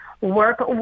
work